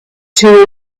two